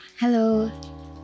Hello